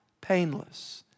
painless